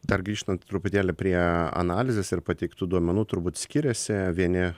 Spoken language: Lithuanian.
dar grįžtant truputėlį prie analizės ir pateiktų duomenų turbūt skiriasi vieni